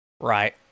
Right